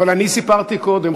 אבל אני סיפרתי קודם,